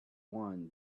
won